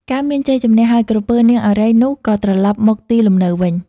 កាលមានជ័យជម្នះហើយ ក្រពើ នាងឱរ៉ៃ នោះ ក៏ត្រឡប់មកទីលំនៅវិញ ។